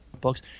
books